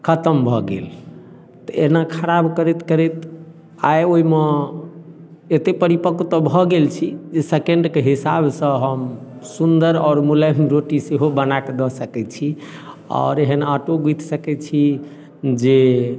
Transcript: खतम भऽ गेल तऽ एना खराब करैत करैत आइ ओहिमे एतेक परिपक्व तऽ भऽ गेल छी जे सेकेन्डके हिसाब से हम सुंदर आओर मुलायम रोटी सेहो बनाके दऽ सकैत छी आओर एहन आँटो गुथि सकैत छी जे